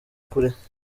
kure